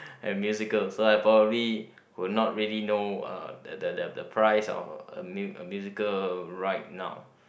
a musical so I probably will not really know uh the the the price of a mu~ a musical right now